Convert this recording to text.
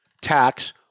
tax